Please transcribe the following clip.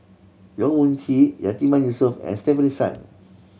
Yong Mun Chee Yatiman Yusof and Stefanie Sun